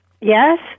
Yes